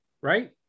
right